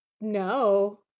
No